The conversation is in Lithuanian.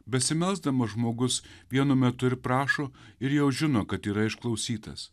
besimelsdamas žmogus vienu metu ir prašo ir jau žino kad yra išklausytas